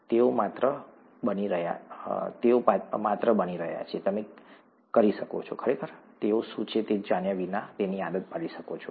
તેઓ માત્ર બની રહ્યા છે તમે કરી શકો છો ખરેખર તેઓ શું છે તે જાણ્યા વિના તેની આદત પાડી શકો છો